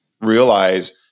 realize